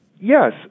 Yes